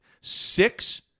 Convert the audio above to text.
Six